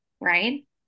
Right